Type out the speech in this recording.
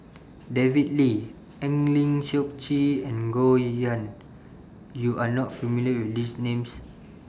David Lee Eng Lee Seok Chee and Goh Yihan YOU Are not familiar with These Names